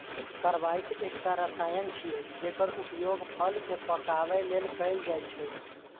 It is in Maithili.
कार्बाइड एकटा रसायन छियै, जेकर उपयोग फल कें पकाबै लेल कैल जाइ छै